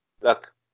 look